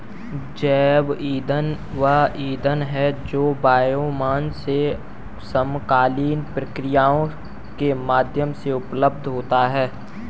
जैव ईंधन वह ईंधन है जो बायोमास से समकालीन प्रक्रियाओं के माध्यम से उत्पन्न होता है